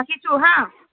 ৰাখিছো হা